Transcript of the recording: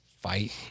fight